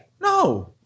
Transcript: No